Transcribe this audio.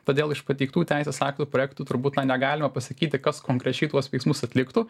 todėl iš pateiktų teisės aktų projektų turbūt na negalima pasakyti kas konkrečiai tuos veiksmus atliktų